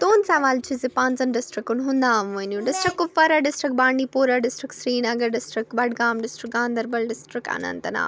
تُہُنٛد سوال چھِ زِ پانٛژَن ڈِسٹِرٛکَن ہُنٛد ناو ؤنِو district Kupwara district Bandipora district Srinagar district Budgam district Ganderbal district اَننت نا